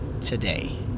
today